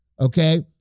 okay